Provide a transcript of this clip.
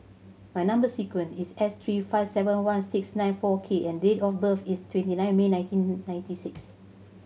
my number sequence is S three five seven one six nine four K and date of birth is twenty nine May nineteen ninety six